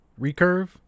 recurve